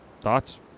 Thoughts